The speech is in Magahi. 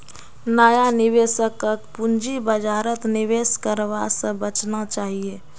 नया निवेशकक पूंजी बाजारत निवेश करवा स बचना चाहिए